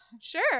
sure